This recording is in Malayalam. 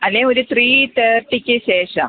അല്ലേ ഒരു ത്രീ തേർട്ടിക്ക് ശേഷം